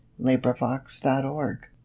LibriVox.org